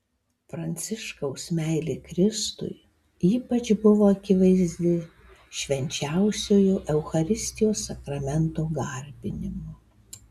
pranciškaus meilė kristui ypač buvo akivaizdi švenčiausiojo eucharistijos sakramento garbinimu